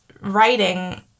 writing